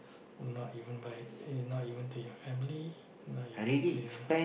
oh not even by eh not even to your family not even to your